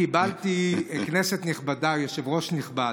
כנסת נכבדה, יושב-ראש נכבד,